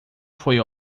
foi